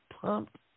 pumped